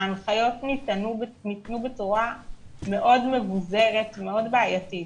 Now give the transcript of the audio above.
ההנחיות ניתנו בצורה מאוד מבוזרת ומאוד בעייתית.